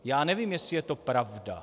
Já nevím, jestli je to pravda.